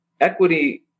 Equity